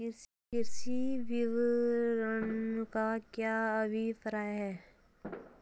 कृषि विपणन का क्या अभिप्राय है?